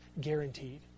guaranteed